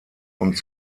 und